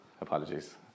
apologies